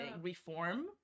Reform